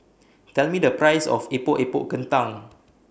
Tell Me The Price of Epok Epok Kentang